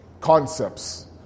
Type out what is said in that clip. concepts